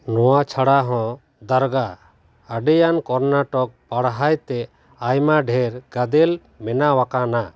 ᱱᱚᱣᱟ ᱪᱷᱟᱲᱟ ᱦᱚᱸ ᱫᱟᱨᱜᱟ ᱟᱹᱰᱤᱭᱟᱱ ᱠᱚᱨᱱᱟᱴᱚᱠ ᱯᱟᱲᱦᱟᱭᱛᱮ ᱟᱭᱢᱟ ᱰᱷᱮᱨ ᱜᱟᱫᱮᱞ ᱵᱮᱱᱟᱣᱟᱠᱟᱱᱟ